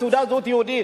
בתעודת זהות "יהודי".